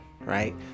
right